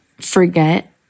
forget